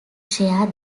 share